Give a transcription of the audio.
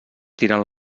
tiren